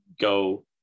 go